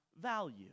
value